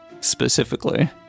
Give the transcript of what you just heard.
specifically